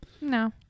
no